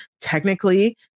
technically